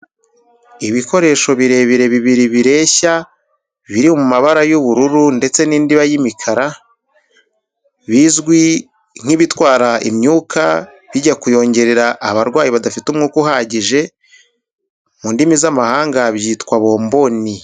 Ibikoresho birebire bibiri bireshya, biri mu mabara y'ubururu ndetse n'indiba y'imikara, bizwi nk'ibitwara imyuka bijya kuyongerera abarwayi badafite umwuka uhagije, mu ndimi z'amahanga byitwa bomboni.